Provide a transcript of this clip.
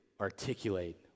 articulate